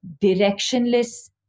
directionless